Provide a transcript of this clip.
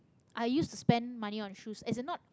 i used to spend money on shoes as in not